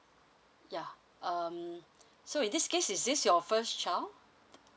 yeah um so in this case is this your first child